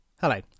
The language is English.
Hello